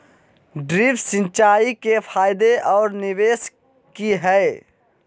Drip सिंचाई के फायदे और निवेस कि हैय?